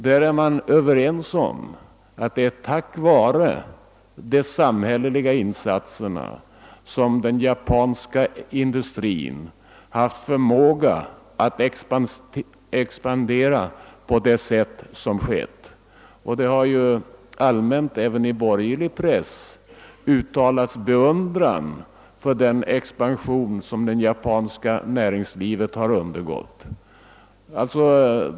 Där är man överens om att det är tack vare de samhälleliga insatserna som den ja panska industrin har haft förmåga att expandera på det sätt som skett. Det har ju allmänt, även i borgerlig press, uttalats beundran för den expansion som det japanska näringslivet har undergått.